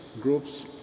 groups